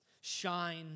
shine